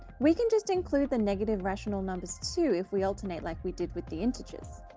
we can just include the negative rational numbers too if we alternate like we did with the integers.